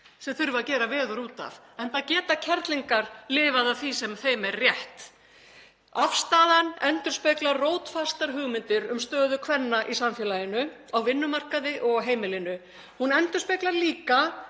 sem þurfi að gera veður út af, enda geta kerlingar lifað af því sem þeim er rétt. Afstaðan endurspeglar rótfastar hugmyndir um stöðu kvenna í samfélaginu, á vinnumarkaði og á heimilinu. Hún endurspeglar líka